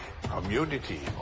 community